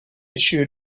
shoot